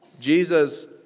Jesus